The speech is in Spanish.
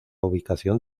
ubicación